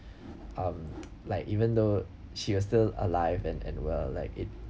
um like even though she was still alive and and well like it